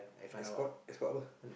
escort escort apa